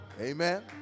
amen